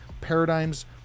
paradigms